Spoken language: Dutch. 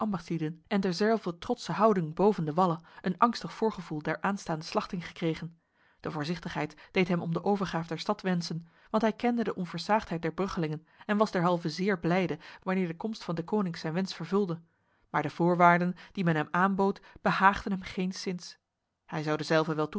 ambachtslieden en derzelver trotse houding boven de wallen een angstig voorgevoel der aanstaande slachting gekregen de voorzichtigheid deed hem om de overgaaf der stad wensen want hij kende de onversaagdheid der bruggelingen en was derhalve zeer blijde wanneer de komst van deconinck zijn wens vervulde maar de voorwaarden die men hem aanbood behaagden hem geenszins hij zou dezelve wel